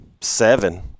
seven